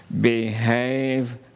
Behave